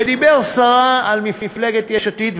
ודיבר סרה במפלגת יש עתיד,